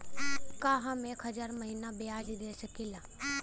का हम एक हज़ार महीना ब्याज दे सकील?